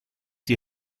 die